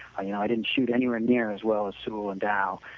i didn't shoot anywhere near as well as sewall and darrel